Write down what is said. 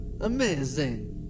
Amazing